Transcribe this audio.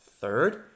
Third